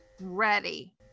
Ready